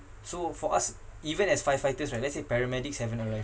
so for us even as firefighters right let's say paramedics haven't arrived